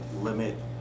limit